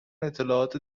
اطلاعات